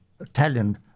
Italian